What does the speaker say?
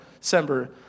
December